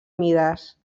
mides